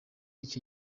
icyo